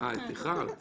לא צריכה